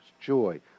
joy